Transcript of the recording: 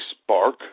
Spark